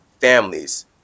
families